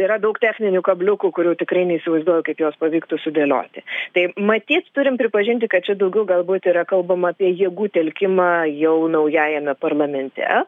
yra daug techninių kabliukų kurių tikrai neįsivaizduoju kaip juos pavyktų sudėlioti taip matyt turim pripažinti kad čia daugiau galbūt yra kalbama apie jėgų telkimą jau naujajame parlamente